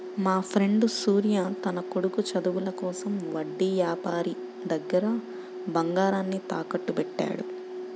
మాఫ్రెండు సూర్య తన కొడుకు చదువుల కోసం వడ్డీ యాపారి దగ్గర బంగారాన్ని తాకట్టుబెట్టాడు